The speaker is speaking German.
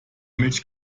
milch